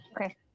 okay